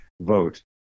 vote